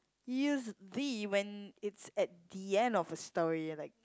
use the when it's at the end of a story like